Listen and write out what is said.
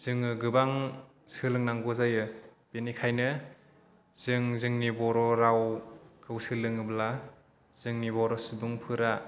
जोङो गोबां सोलों नांगौ जायो बेनिखायनो जों जोंनि बर' रावखौ सोलोङोब्ला जोंनि बर' सुबुंफोरा